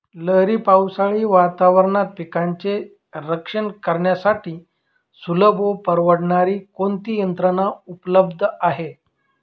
लहरी पावसाळी वातावरणात पिकांचे रक्षण करण्यासाठी सुलभ व परवडणारी कोणती यंत्रणा उपलब्ध आहे?